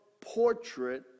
portrait